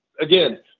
again